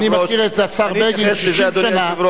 אני מכיר את השר בגין 60 שנה,